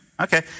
Okay